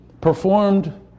performed